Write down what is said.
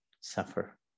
suffer